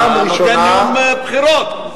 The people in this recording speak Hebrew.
נותן נאום בחירות,